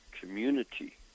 community